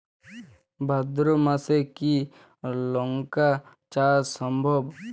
ভাদ্র মাসে কি লঙ্কা চাষ সম্ভব?